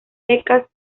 secas